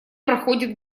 проходит